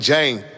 Jane